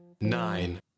nine